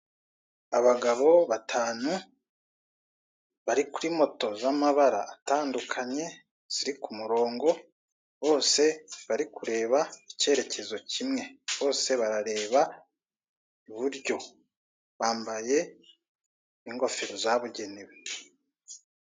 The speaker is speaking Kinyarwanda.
Abagabo batanu bari kuri moto z' amabara atandukanye ziri ku murongo bose bari kureba mu cyerekezo kimwe, bose barareba iburyo bambaye n' ingofero zabugenewe.